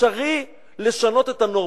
אפשרי לשנות את הנורמות.